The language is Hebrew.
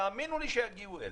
תאמינו לי שיגיעו אלינו.